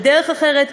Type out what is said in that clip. בדרך אחרת,